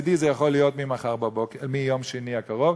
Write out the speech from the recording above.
מצדי זה יכול להיות ביום שני הקרוב.